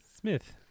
Smith